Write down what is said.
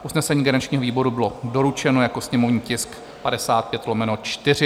Usnesení garančního výboru bylo doručeno jako sněmovní tisk 55/4.